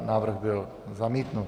Návrh byl zamítnut.